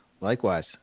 likewise